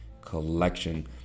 collection